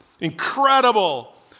incredible